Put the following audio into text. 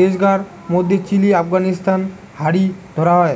দেশগার মধ্যে চিলি, আফগানিস্তান হারি ধরা হয়